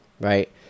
right